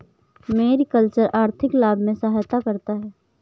mariculture आर्थिक लाभ में सहायता करता है